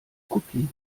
kopie